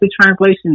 translation